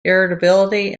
irritability